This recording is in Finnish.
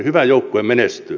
hyvä joukkue menestyy